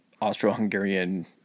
Austro-Hungarian